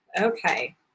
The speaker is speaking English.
Okay